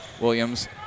Williams